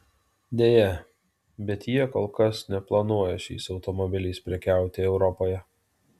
deja bet jie kol kas neplanuoja šiais automobiliais prekiauti europoje